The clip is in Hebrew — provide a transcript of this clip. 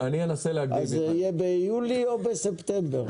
זה יהיה ביולי או בספטמבר?